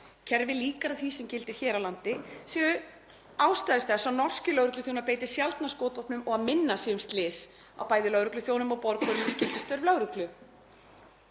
kerfi líkara því sem gildir hér á landi, séu ástæður þess að norskir lögregluþjónar beiti sjaldnar skotvopnum og að minna sé um slys á bæði lögregluþjónum og borgurum við skyldustörf lögreglu.